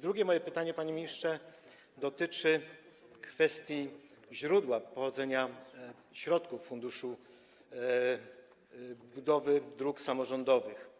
Drugie moje pytanie, panie ministrze, dotyczy źródeł finansowania, pochodzenia środków funduszu budowy dróg samorządowych,